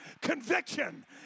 conviction